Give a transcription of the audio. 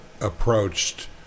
approached